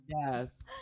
Yes